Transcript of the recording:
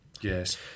Yes